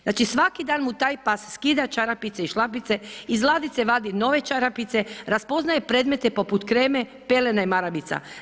Znači svaki dan mu taj pas skida čarapice i šlapice, iz ladice vadi nove čarapice, raspoznaje predmete poput kreme, pelena i maramica.